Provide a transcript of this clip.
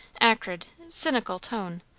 acrid, cynical tone,